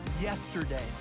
Yesterday